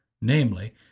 namely